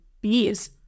bees